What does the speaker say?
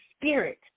spirit